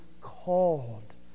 called